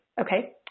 Okay